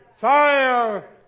Fire